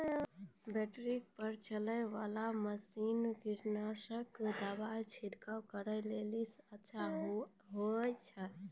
Battery पर चलै वाला मसीन कीटनासक दवा छिड़काव करै लेली अच्छा होय छै?